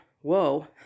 whoa